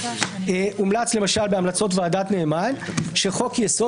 הומלץ למשל המלצות ועדת נאמן שחוק יסוד